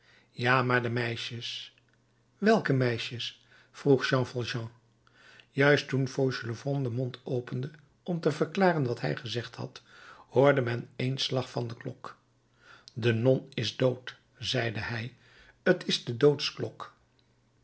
ja maar de meisjes welke meisjes vroeg jean valjean juist toen fauchelevent den mond opende om te verklaren wat hij gezegd had hoorde men één slag van de klok de non is dood zeide hij t is de